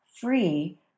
free